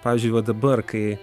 pavyzdžiui va dabar kai